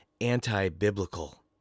anti-biblical